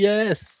Yes